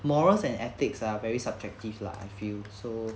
morals and ethics are very subjective lah I feel so